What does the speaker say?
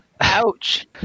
Ouch